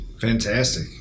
Fantastic